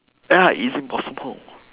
ya it's impossible